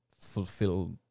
fulfill